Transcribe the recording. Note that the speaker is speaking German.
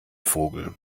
vogel